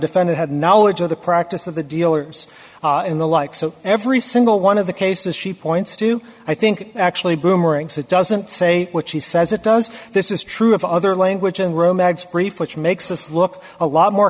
defendant had knowledge of the practice of the dealers in the like so every single one of the cases she points to i think actually boomerangs it doesn't say what she says it does this is true of other language and romance brief which makes this look a lot more